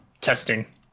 testing